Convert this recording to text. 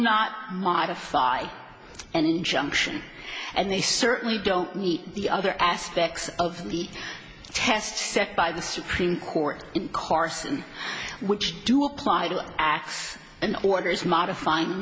not modify an injunction and they certainly don't meet the other aspects of the test set by the supreme court in carson which do apply to acts and orders modify